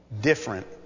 different